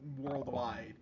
worldwide